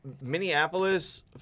Minneapolis